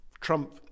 Trump